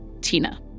Tina